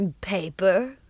Paper